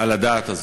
על הדעת הזאת.